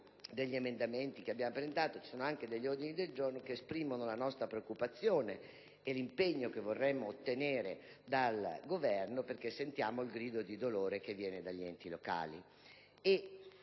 agli emendamenti, sono stati presentati anche alcuni ordini del giorno che esprimono la nostra preoccupazione e l'impegno che vorremmo ottenere dal Governo perché sentiamo il grido di dolore proveniente dagli enti locali.